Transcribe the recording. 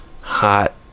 hot